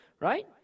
right